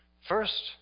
First